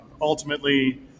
ultimately